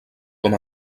com